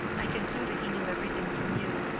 i concluded he knew everything from you.